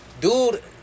dude